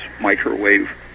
microwave